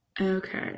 Okay